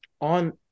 on